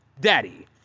daddy